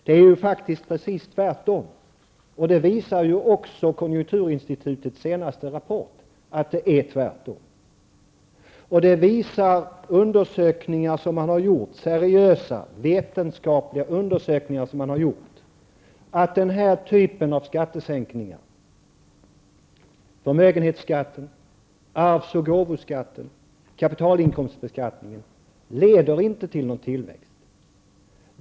Det är faktiskt precis tvärtom -- det visar konjunkturinstitutets senaste rapport. Seriösa, vetenskapliga undersökningar visar också att den här typen av skattesänkningar, av förmögenhetsskatten, arvs och gåvoskatten samt kapitalinkomstbeskattningen, inte leder till någon tillväxt.